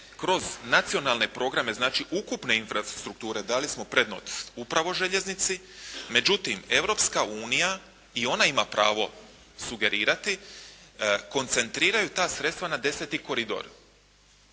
kroz nacionalne programe, znači ukupne infrastrukture, dali smo prednost upravo željeznici. Međutim Europska unija i ona ima pravo sugerirati, koncentriraju ta sredstva na deseti koridor